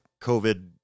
COVID